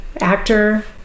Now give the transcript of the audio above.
actor